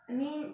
I mean